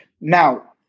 Now